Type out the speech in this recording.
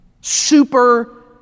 Super